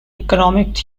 economic